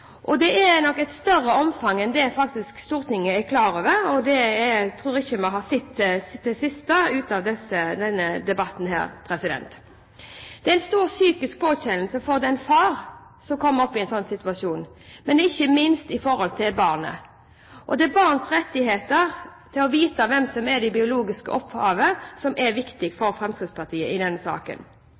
ute. Det er nok et større omfang enn det Stortinget faktisk er klar over. Jeg tror ikke vi har sett det siste av denne debatten. Det er en stor psykisk påkjenning for en far som kommer opp i en slik situasjon, men ikke minst for barnet. Det er barnets rettigheter til å vite hvem som er det biologiske opphavet, som er viktig for Fremskrittspartiet i denne saken.